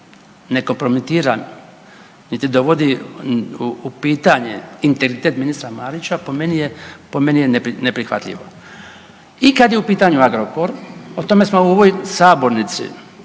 ne kompromitira niti dovodi u pitanje integritet ministra Marića po meni je, po meni je neprihvatljivo i kad je u pitanju Agrokor o tome smo u ovoj sabornici,